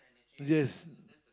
yes